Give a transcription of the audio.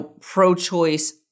pro-choice